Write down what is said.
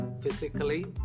physically